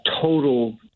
total